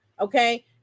okay